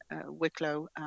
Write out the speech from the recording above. Wicklow